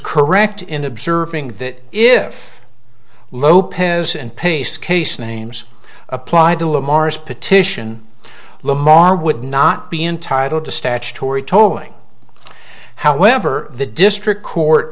correct in observing that if lopez and pace case names applied to lamar's petition lamar would not be entitled to statutory tolling however the district court